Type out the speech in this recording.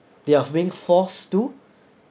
they are being forced to